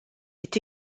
est